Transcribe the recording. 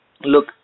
look